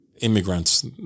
immigrants